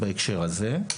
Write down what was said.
בהקשר הזה.